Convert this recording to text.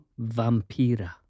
Vampira